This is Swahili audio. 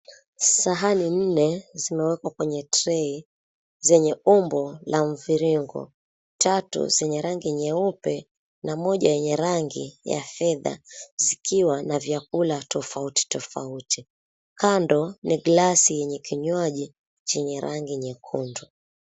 Sahani nne zimewekwa kwenye trei zenye umbo la mviringo. Tatu zenye rangi nyeupe na moja yenye rangi ya fedha zikiwa na vyakula tofauti tofauti. Kando ni glasi yenye kinywaji chenye rangi nyekundu.